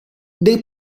del